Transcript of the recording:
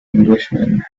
englishman